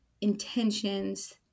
intentions